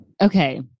Okay